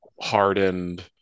hardened